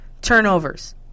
turnovers